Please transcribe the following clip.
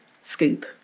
scoop